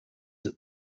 that